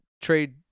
trade